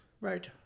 Right